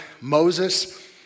Moses